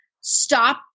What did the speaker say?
stop